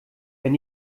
wenn